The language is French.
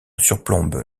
surplombe